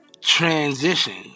transition